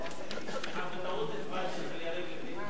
הצבעתי ממקומו של יריב לוין.